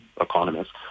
economists